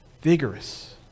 vigorous